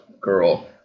girl